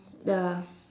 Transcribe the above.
the